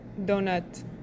donut